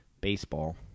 baseball